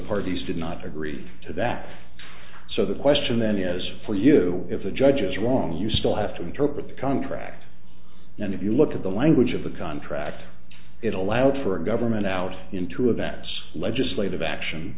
parties did not agree to that so the question then is for you if the judge is wrong you still have to interpret the contract and if you look at the language of the contract it allowed for a government out into events legislative action